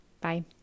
Bye